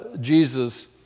Jesus